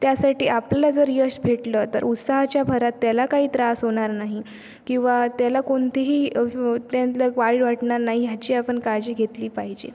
त्यासाठी आपलं जर यश भेटलं तर उत्साहाच्या भरात त्याला काही त्रास होणार नाही किंवा त्याला कोणतेही वाईट वाटणार नाही ह्याची आपण काळजी घेतली पाहिजे